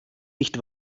nicht